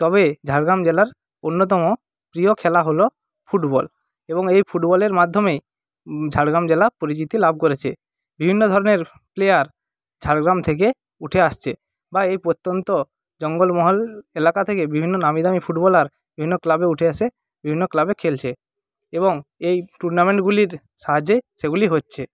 তবে ঝাড়গ্রাম জেলার অন্যতম প্রিয় খেলা হলো ফুটবল এবং এই ফুটবলের মাধ্যমেই ঝাড়গ্রাম জেলা পরিচিতি লাভ করেছে বিভিন্ন ধরণের প্লেয়ার ঝাড়গ্রাম থেকে উঠে আসছে বা এই প্রত্যন্ত জঙ্গলমহল এলাকা থেকে বিভিন্ন নামি দামি ফুটবলার বিভিন্ন ক্লাবে উঠে এসে বিভিন্ন ক্লাবে খেলছে এবং এই টুর্নামেন্টগুলির সাহায্যে সেগুলি হচ্ছে